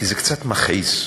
כי זה קצת מכעיס: